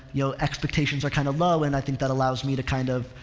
you know, expectations are kind of low and i think that allows me to kind of,